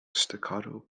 staccato